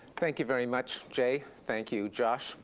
thank you very much, jay. thank you, josh.